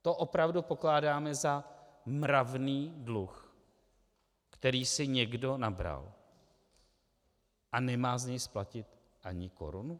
To opravdu pokládáme za mravný dluh, který si někdo nabral a nemá z něj splatit ani korunu?